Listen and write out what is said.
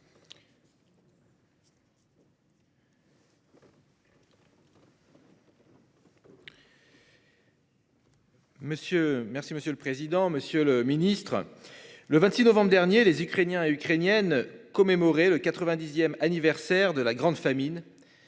Merci monsieur le président, Monsieur le Ministre. Le 26 novembre dernier, les Ukrainiens et ukrainiennes commémorer le 90ème anniversaire de la grande famine.